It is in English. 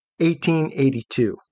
1882